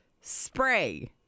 spray